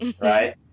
Right